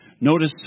Notice